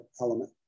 element